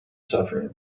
suffering